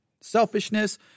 Selfishness